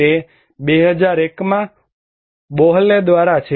તે 2001 માં બોહલે દ્વારા છે